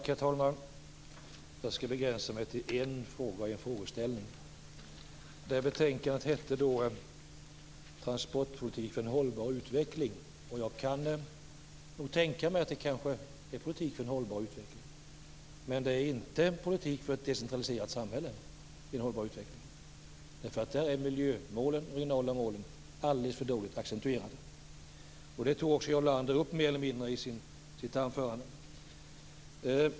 Herr talman! Jag skall begränsa mig till en frågeställning. Det här betänkandet heter Transportpolitik för en hållbar utveckling. Jag kan nog tänka mig att det kanske är politik för en hållbar utveckling. Men det är inte politik för ett decentraliserat samhälle i en hållbar utveckling. Miljömålen och de regionala målen är alldeles för dåligt accentuerade. Det tog också Jarl Lander mer eller mindre upp i sitt anförande.